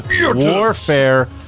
Warfare